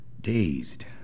dazed